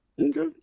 Okay